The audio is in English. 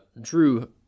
drew